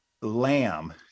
lamb